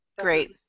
Great